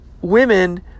women